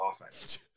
offense